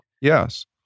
Yes